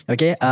Okay